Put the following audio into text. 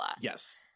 Yes